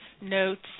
notes